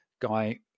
guy